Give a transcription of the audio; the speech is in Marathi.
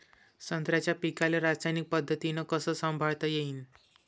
संत्र्याच्या पीकाले रासायनिक पद्धतीनं कस संभाळता येईन?